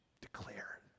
declare